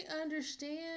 understand